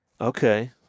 Okay